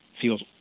feels